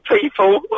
people